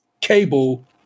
Cable